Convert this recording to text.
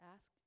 Ask